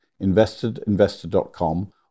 investedinvestor.com